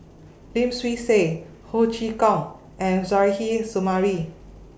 Lim Swee Say Ho Chee Kong and Suzairhe Sumari